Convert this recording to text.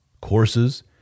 courses